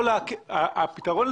הפתרון,